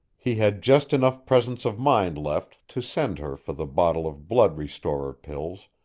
he had just enough presence of mind left to send her for the bottle of blood-restorer pills,